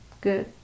Good